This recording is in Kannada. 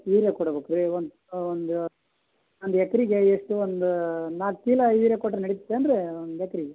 ಯೂರಿಯ ಕೊಡ್ಬೇಕ್ ರೀ ಒಂದು ಒಂದು ಒಂದು ಎಕ್ರಿಗೆ ಎಷ್ಟು ಒಂದು ನಾಲ್ಕು ಚೀಲ ಯೂರಿಯ ಕೊಟ್ರೆ ನಡೀತದನ್ರೀ ಒಂದು ಎಕ್ರಿಗೆ